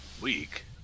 Weak